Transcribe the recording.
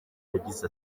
yagize